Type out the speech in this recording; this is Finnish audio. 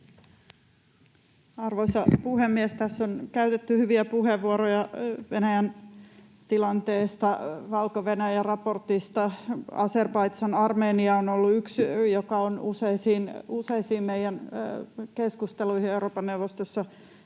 Arvoisa puhemies! Tässä on käytetty hyviä puheenvuoroja Venäjän tilanteesta ja Valko-Venäjä-raportista. Azerbaidžan—Armenia on ollut yksi syy, joka on useisiin meidän keskusteluihimme Euroopan neuvostossa